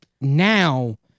Now